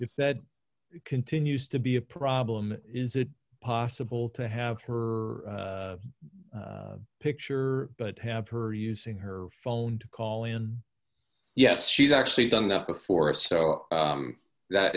if that continues to be a problem is it possible to have her or picture but have her using her phone to call in yes she's actually done that before so that